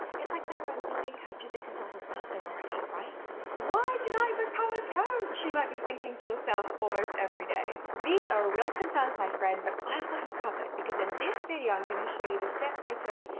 it's like there are a million coaches and consultants out there already, right. why did i but become a coach! you might be thinking to yourself almost every day. these are real concerns, my friend. but i've got you covered, because in this video i'm gonna show you the steps i took,